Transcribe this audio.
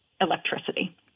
electricity